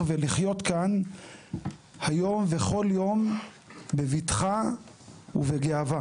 ולחיות כאן היום ובכל יום בבטחה ובגאווה.